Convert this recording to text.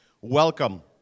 Welcome